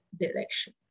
direction